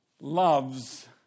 loves